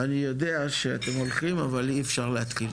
אני יודע שאתם הולכים, אבל אי אפשר להתחיל.